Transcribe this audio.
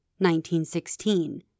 1916